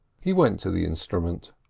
he went to the instrument.